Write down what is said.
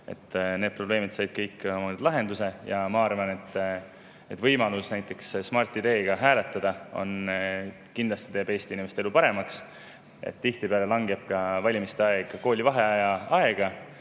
Need probleemid said kõik lahenduse. Ma arvan, et võimalus näiteks Smart‑ID‑ga hääletada teeb Eesti inimeste elu paremaks. Tihtipeale langeb valimiste aeg koolivaheajale